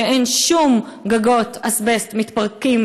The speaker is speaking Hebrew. שאין שום גגות אזבסט מתפרקים,